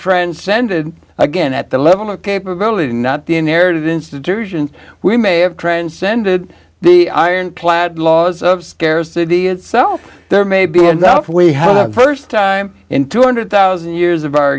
transcended again at the level of capability not the inherited institution we may have transcended the iron clad laws of scarcity itself there may be enough we have the st time in two hundred thousand years of our